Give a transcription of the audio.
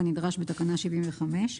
כנדרש בתקנה 75,